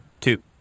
two